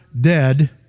dead